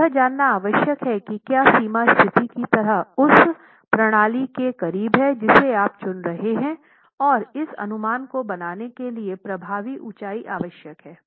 तो यह जानना आवश्यक है कि क्या सीमा स्थिति की तरह उस प्रणाली के करीब है जिसे आप चुन रहे हैं और इस अनुमान को बनाने के लिए प्रभावी ऊंचाई आवश्यक है